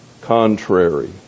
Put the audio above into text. contrary